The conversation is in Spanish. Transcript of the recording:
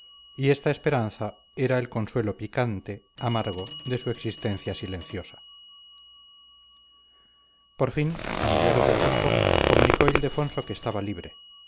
y esta esperanza era el consuelo picante amargo de su existencia silenciosa por fin a mediados de agosto comunicó ildefonso que estaba libre